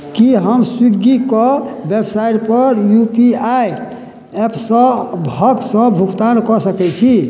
की हम स्विग्गीके वेबसाइट पर यू पी आइ एप सभसँ भुगतान कऽ सकैत छी